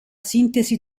sintesi